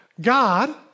God